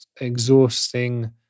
exhausting